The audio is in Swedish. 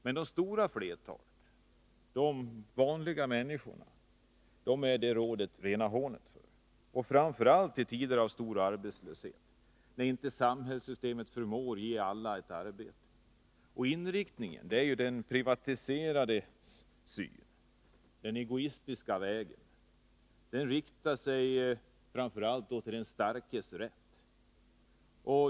Men för det stora flertalet, för de vanliga människorna, är dessa råd rena hånet. Det gäller framför allt i tider med hög arbetslöshet, när samhällssystemet inte förmår ge alla ett arbete. Denna inriktning är ju privatmänniskans syn. Det är den egoistiska vägen. Denna syn är framför allt inriktad på den starkes rätt.